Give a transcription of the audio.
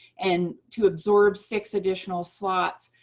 and to absorb six additional slots,